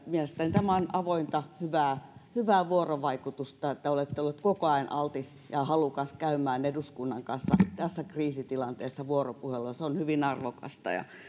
mielestäni tämä on avointa hyvää hyvää vuorovaikutusta että olette ollut koko ajan altis ja halukas käymään eduskunnan kanssa tässä kriisitilanteessa vuoropuhelua se on hyvin arvokasta ja